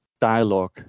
dialogue